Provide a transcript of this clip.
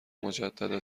مجدد